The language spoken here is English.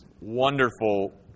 wonderful